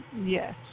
yes